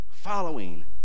following